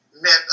met